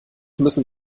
müssen